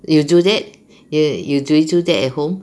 you do that you do that at home